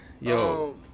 Yo